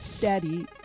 Daddy